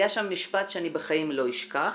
נאמר שם משפט שאני בחיים לא אשכח.